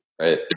right